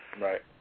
Right